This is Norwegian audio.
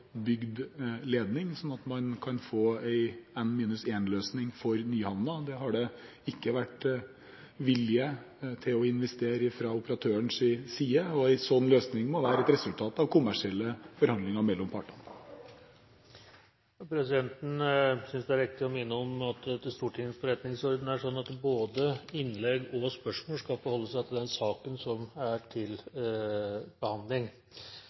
ledning sånn at man kan få en N-1-løsning for Nyhamna. Det har det fra operatørens side ikke vært vilje til å investere i. En sånn løsning må være et resultat av kommersielle forhandlinger mellom partene. Presidenten synes det er riktig å minne om at det etter Stortingets forretningsorden er slik at både innlegg og spørsmål skal forholde seg til den saken som er til behandling.